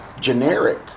generic